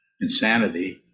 insanity